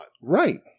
Right